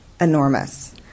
enormous